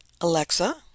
alexa